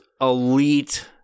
elite